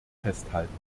festhalten